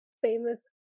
famous